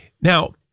Now